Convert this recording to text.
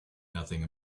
nothing